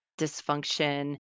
dysfunction